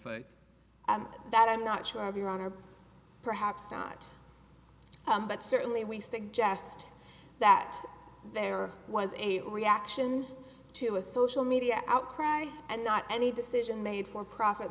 and that i'm not sure of your own or perhaps not but certainly we suggest that there was a reaction to a social media outcry and not any decision made for profit